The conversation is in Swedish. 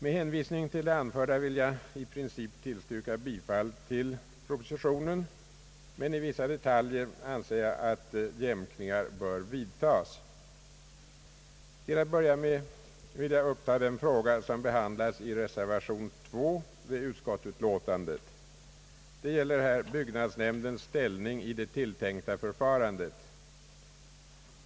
Med hänvisning till det anförda vill jag i princip tillstyrka bifall till propositionen. Dock anser jag att i vissa detaljer jämkningar bör vidtas. Till att börja med vill jag uppta den fråga som behandlas i reservation II vid utskottsutlåtandet. Det gäller här byggnadsnämndens ställning i det tilltänkta förfarandet.